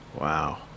Wow